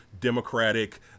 democratic